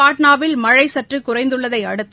பாட்ளாவில் மழை சற்று குறைந்துள்ளதை அடுத்து